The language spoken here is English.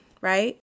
right